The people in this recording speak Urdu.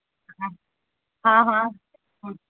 ہاں ہاں ہاں ہوں